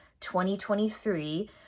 2023